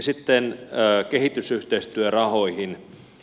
sitten kehitysyhteistyörahoihin